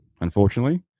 unfortunately